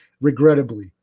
regrettably